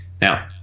now